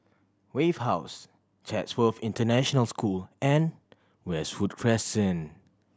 Wave House Chatsworth International School and Westwood Crescent